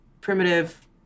primitive